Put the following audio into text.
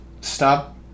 Stop